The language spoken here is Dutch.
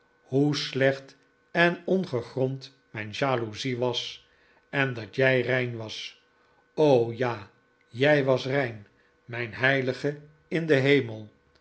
hoe slecht en ongegrond mijn jaloezie was en dat jij rein was o ja jij was rein mijn heilige in den hemel